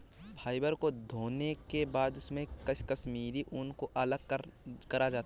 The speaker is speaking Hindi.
फ़ाइबर को धोने के बाद इसमे से कश्मीरी ऊन को अलग करा जाता है